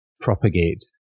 propagate